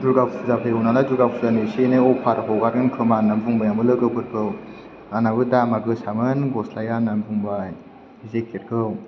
दुर्गा फुजा फैबावनानै दुर्गा फुजानि इसे एनै अफार हगारगोन खोमा होननानै बुंबाय आंबो लोगोफोरखौ आंनाबो दामाबो गोसामोन गस्लाया होनना बुंबाय जेकेटखौ